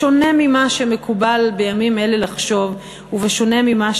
בשונה ממה שמקובל בימים אלה לחשוב, ובשונה ממה